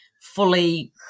fully